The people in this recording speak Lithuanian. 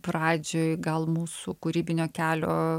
pradžioj gal mūsų kūrybinio kelio